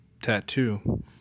tattoo